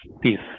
peace